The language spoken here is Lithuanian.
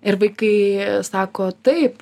ir vaikai sako taip